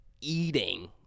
eating